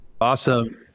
Awesome